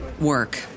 work